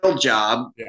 job